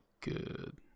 good